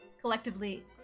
Collectively